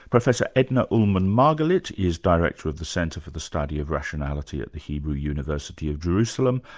professor edna ullmann-margalit is director of the center for the study of rationality at the hebrew university of jerusalem,